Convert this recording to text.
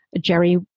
Jerry